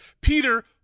Peter